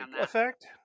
effect